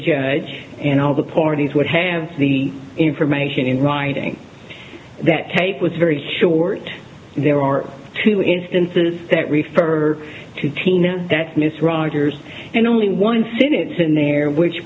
judge and all the parties would have the information in writing that type was very short there are two instances that refer to tina that's miss rogers and only one incidence in there which